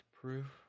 proof